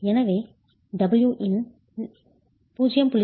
எனவே W இன் 0